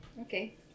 Okay